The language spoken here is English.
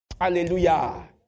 Hallelujah